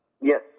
Yes